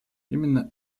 именно